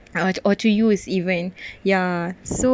or or to use event ya so